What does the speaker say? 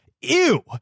ew